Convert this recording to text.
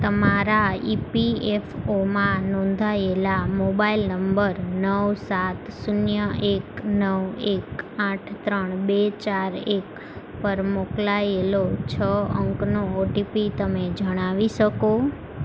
તમારા ઇપીએફઓમાં નોંધાએલા મોબાઇલ નંબર નવ સાત શૂન્ય એક નવ એક આઠ ત્રણ બે ચાર એક પર મોકલાયેલો છ અંકનો ઓટીપી તમે જણાવી શકો